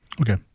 Okay